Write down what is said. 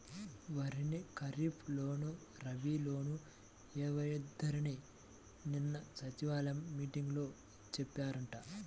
వరిని ఖరీప్ లోను, రబీ లోనూ ఎయ్యొద్దని నిన్న సచివాలయం మీటింగులో చెప్పారంట